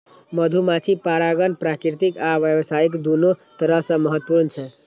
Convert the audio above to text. मधुमाछी परागण प्राकृतिक आ व्यावसायिक, दुनू तरह सं महत्वपूर्ण छै